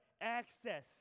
Access